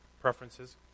preferences